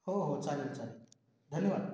हो हो चालेल चालेल धन्यवाद